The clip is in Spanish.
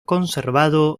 conservado